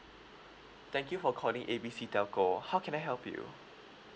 thank you for calling A B C telco how can I help you